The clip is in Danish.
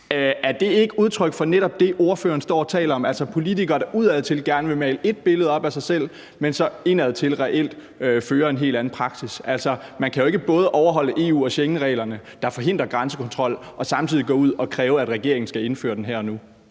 Er det ikke udtryk for netop det, ordføreren står og taler om, altså politikere, der udadtil gerne vil male ét billede af sig selv, men så indadtil reelt har en helt anden praksis? Man kan jo ikke både overholde EU- og Schengenreglerne, der forhindrer grænsekontrol, og samtidig gå ud og kræve, at regeringen skal indføre den her og nu.